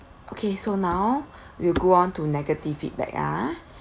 okay so now we'll go on to negative feedback ah